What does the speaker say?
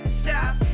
stop